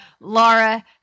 Laura